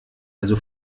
also